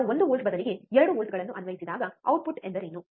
ನಾವು 1 ವೋಲ್ಟ್ ಬದಲಿಗೆ 2 ವೋಲ್ಟ್ಗಳನ್ನು ಅನ್ವಯಿಸಿದಾಗ ಔಟ್ಪುಟ್ ಎಂದರೇನು